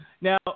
Now